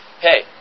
Hey